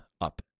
up